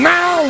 Now